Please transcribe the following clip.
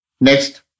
Next